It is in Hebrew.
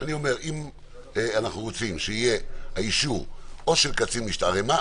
אם אנחנו רוצים שיהיה אישור או של קצין משטרה --- לא.